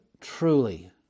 truly